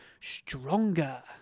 Stronger